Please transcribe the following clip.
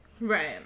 Right